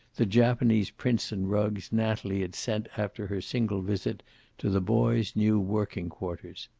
the japanese prints and rugs natalie had sent after her single visit to the boy's new working quarters.